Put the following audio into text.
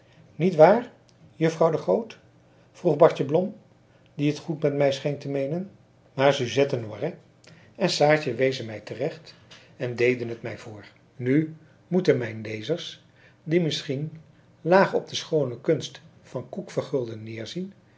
niet waar juffrouw de groot vroeg bartje blom die het goed met mij scheen te meenen maar suzette noiret en saartje wezen mij terecht en deden t mij voor nu moeten mijne lezers die misschen laag op de schoone kunst van koekvergulden neerzien